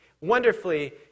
wonderfully